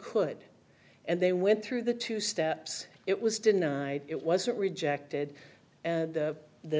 could and they went through the two steps it was denied it was rejected and the